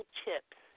chips